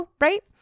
right